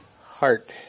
heart